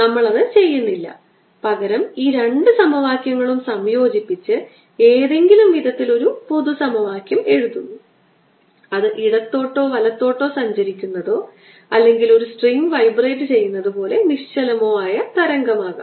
നമ്മൾ അത് ചെയ്യുന്നില്ല പകരം ഈ രണ്ട് സമവാക്യങ്ങളും സംയോജിപ്പിച്ച് ഏതെങ്കിലും വിധത്തിൽ ഒരു പൊതു സമവാക്യം എഴുതുന്നു അത് ഇടത്തോട്ടോ വലത്തോട്ടോ സഞ്ചരിക്കുന്നതോ അല്ലെങ്കിൽ ഒരു സ്ട്രിംഗ് വൈബ്രേറ്റ് ചെയ്യുന്നതുപോലെ നിശ്ചലമോ ആയ തരംഗമാകാം